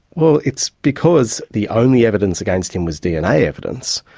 well, it's because the only evidence against him was dna evidence,